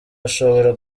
ashobora